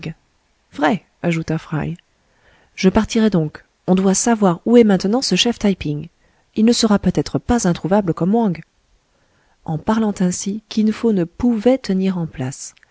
vrai ajouta fry je partirai donc on doit savoir où est maintenant ce chef taïping il ne sera peut-être pas introuvable comme wang en parlant ainsi kin fo ne pouvait tenir en place